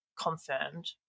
confirmed